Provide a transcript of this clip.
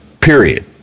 Period